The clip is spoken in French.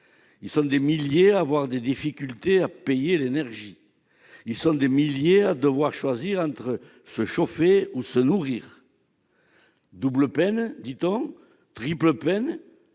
Ils sont des milliers à avoir des difficultés à payer l'énergie. Ils sont des milliers à devoir choisir entre se chauffer ou se nourrir. Double peine, dit-on. Triple peine ?